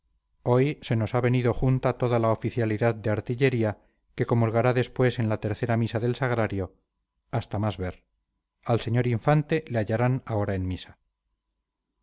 hoy se nos ha venido junta toda la oficialidad de artillería que comulgará después en la tercera misa del sagrario hasta más ver al señor infante le hallarán ahora en misa